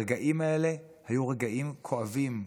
הרגעים האלה היו רגעים כואבים,